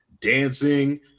dancing